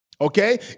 Okay